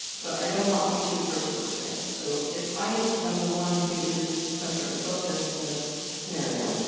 but i don't want you to approach it this way, so, if i am the one who is the center of focus in this scenario,